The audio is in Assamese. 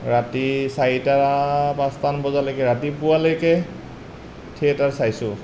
ৰাতি চাৰিটা পাঁচটামান বজালৈকে ৰাতিপুৱালৈকে থিয়েটাৰ চাইছোঁ